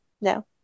No